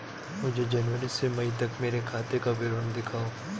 मुझे जनवरी से मई तक मेरे खाते का विवरण दिखाओ?